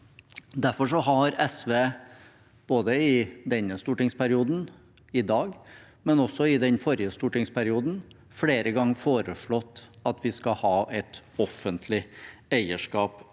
Derfor har SV både i denne stortingsperioden, i dag og i den forrige stortingsperioden flere ganger foreslått at vi skal ha et offentlig eierskap